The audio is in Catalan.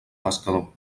pescador